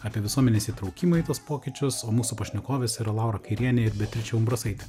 apie visuomenės įtraukimą į tuos pokyčius o mūsų pašnekovės yra laura kairienė ir beatričė umbrasaitė